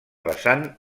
vessant